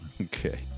Okay